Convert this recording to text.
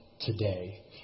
today